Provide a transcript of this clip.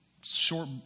short